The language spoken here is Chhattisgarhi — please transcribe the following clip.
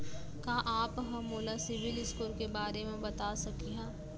का आप हा मोला सिविल स्कोर के बारे मा बता सकिहा?